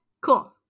cool